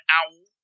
owl